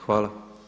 Hvala.